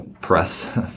press